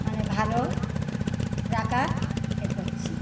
মানে ভালো রাখা এ করছি